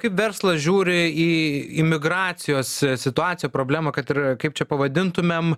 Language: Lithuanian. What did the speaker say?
kaip verslas žiūri į į imigracijos situaciją problemą kad ir kaip čia pavadintumėm